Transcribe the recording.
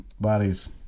bodies